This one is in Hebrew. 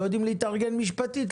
לא יודעים להתארגן משפטית,